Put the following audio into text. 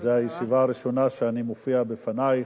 זו הישיבה הראשונה שאני מופיע בפנייך,